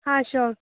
हाँ श्योर